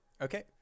Okay